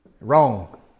wrong